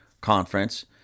conference